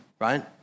right